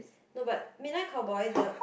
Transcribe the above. no but midnight cowboy the